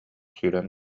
сүүрэн